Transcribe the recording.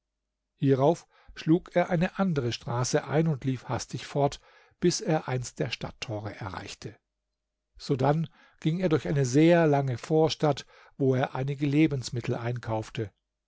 hierauf schlug er eine andere straße ein und lief hastig fort bis er eins der stadttore erreichte sodann ging er durch eine sehr lange vorstadt wo er einige lebensmittel einkaufte